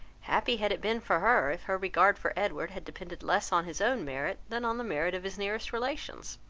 happy had it been for her, if her regard for edward had depended less on his own merit, than on the merit of his nearest relations!